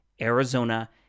Arizona